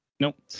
Nope